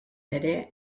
ere